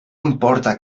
importa